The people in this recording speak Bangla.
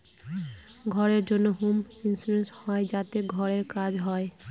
ঘরের জন্য হোম ইন্সুরেন্স হয় যাতে ঘরের কাজ হয়